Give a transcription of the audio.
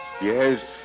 Yes